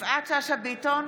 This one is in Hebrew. יפעת שאשא ביטון,